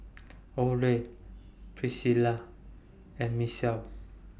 Oley Priscilla and Michell